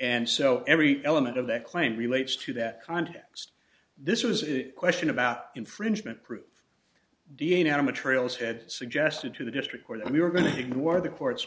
and so every element of that claim relates to that context this was a question about infringement proof d n a not a materials had suggested to the district court that we were going to ignore the court